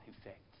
effect